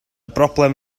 broblem